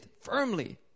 firmly